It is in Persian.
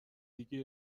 دیگه